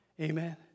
Amen